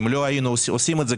אם לא היינו עושים את זה,